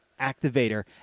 activator